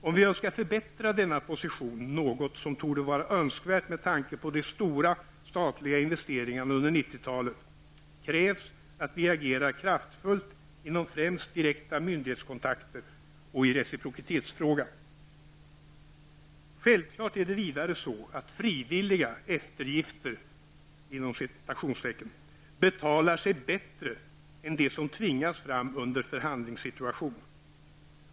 Om vi önskar förbättra denna position, något som torde vara önskvärt med tanke på de stora statliga investeringarna under 90-talet, krävs att vi agerar kraftfullt främst vad gäller direkta myndighetskontakter och i reciprocitetsfrågan. Självfallet är det vidare så, att frivilliga ''eftergifter'' betalar sig bättre än de som tvingas fram under en förhandlingssituation.